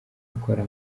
ikora